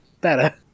better